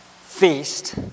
Feast